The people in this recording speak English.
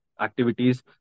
activities